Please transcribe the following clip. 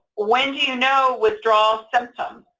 when do you know withdrawal symptom?